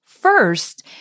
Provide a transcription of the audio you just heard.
first